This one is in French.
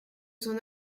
son